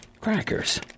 Crackers